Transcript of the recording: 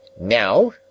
Now